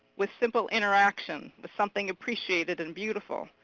with simple interaction. with something appreciated and beautiful.